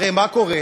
הרי מה קורה?